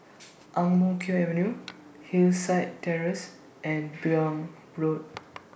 Ang Mo Kio Avenue Hillside Terrace and Buyong Road